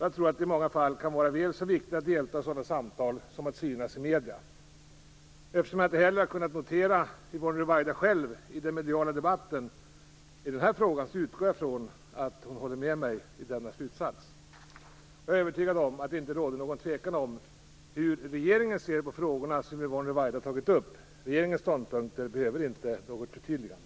Jag tror att det i många fall kan vara väl så viktigt att delta i sådana samtal som att synas i medierna. Eftersom jag inte heller har kunnat notera Yvonne Ruwaida själv i den mediala debatten i denna fråga, utgår jag från att hon håller med mig om denna slutsats. Jag är övertygad om att det inte råder någon tvekan om hur regeringen ser på de frågor som Yvonne Ruwaida tagit upp. Regeringens ståndpunkter behöver inte något förtydligande.